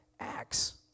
Acts